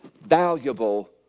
valuable